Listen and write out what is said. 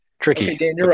Tricky